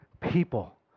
people